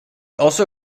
also